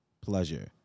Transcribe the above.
pleasure